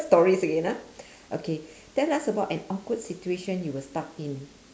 stories again ah okay tell us about an awkward situation you were stuck in